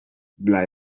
dla